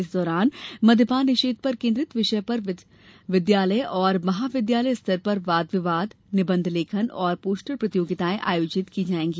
इस दौरान मद्यपान निषेध पर केन्द्रित विषय पर विदयालय और महाविदयालय स्तर पर वाद विवाद निबंध लेखन और पोस्टर प्रतियोगिताएँ आयोजित की जायेंगी